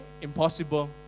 impossible